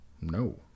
No